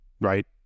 right